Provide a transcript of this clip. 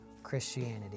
christianity